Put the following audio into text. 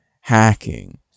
hacking